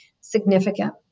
significant